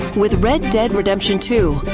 with red dead redemption two,